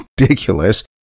ridiculous